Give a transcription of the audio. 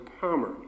Palmer